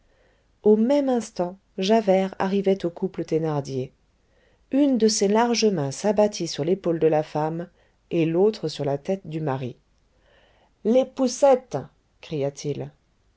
au même instant javert arrivait au couple thénardier une de ses larges mains s'abattit sur l'épaule de la femme et l'autre sur la tête du mari les poucettes cria-t-il